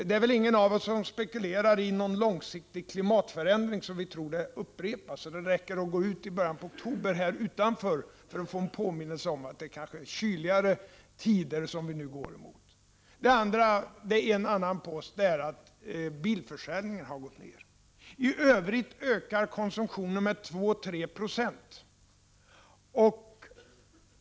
Det är väl ingen av oss som spekulerar i någon långsiktig klimatförändring som skulle leda till att detta upprepas. Det räcker att gå ut ur det här huset nu i oktober för att få en påminnelse om att vi går emot kyligare tider. Det andra skälet är att bilförsäljningen har gått ned. I övrigt ökar konsumtionen med 2-3 Ze.